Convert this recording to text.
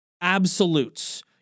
absolutes